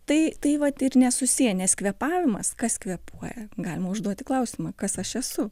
tai tai vat ir nesusiję nes kvėpavimas kas kvėpuoja galima užduoti klausimą kas aš esu